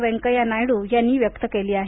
व्यंकया नायडू यांनी व्यक्त केली आहे